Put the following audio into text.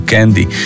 Candy